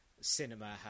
cinema